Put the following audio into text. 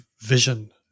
vision